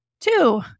Two